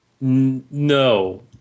No